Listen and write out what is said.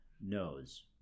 knows